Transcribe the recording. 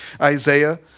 Isaiah